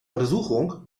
untersuchung